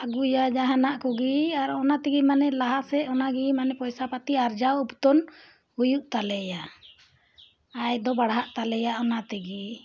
ᱟᱹᱜᱩᱭᱟ ᱡᱟᱦᱟᱱᱟᱜ ᱠᱚᱜᱮ ᱟᱨ ᱚᱱᱟ ᱛᱮᱜᱮ ᱢᱟᱱᱮ ᱞᱟᱦᱟᱥᱮᱫ ᱚᱱᱟᱜᱮ ᱢᱟᱱᱮ ᱯᱚᱭᱥᱟ ᱯᱟᱹᱛᱤ ᱟᱨᱡᱟᱣ ᱦᱩᱭᱩᱜ ᱛᱟᱞᱮᱭᱟ ᱟᱭ ᱫᱚ ᱵᱟᱲᱦᱟᱜ ᱛᱟᱞᱮᱭᱟ ᱚᱱᱟ ᱛᱮᱜᱮ